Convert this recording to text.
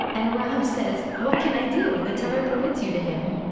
and rav says, what can i do? the torah permits you to him.